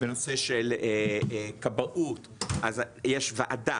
בנושא של כבאות אז יש וועדה,